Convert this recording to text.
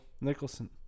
Nicholson